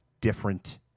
different